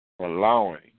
Allowing